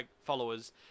followers